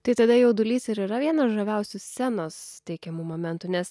tai tada jaudulys ir yra vienas žaviausių scenos teikiamų momentų nes